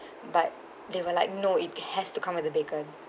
but they were like no it has to come with the bacon